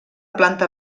planta